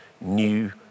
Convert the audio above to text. new